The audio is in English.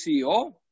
CEO